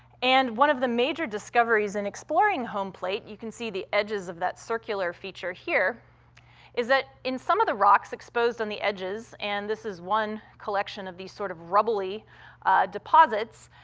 and one of the major discoveries in exploring home plate you can see the edges of that circular feature here is that, in some of the rocks exposed on the edges, and this is one collection of these sort of rubbly deposits,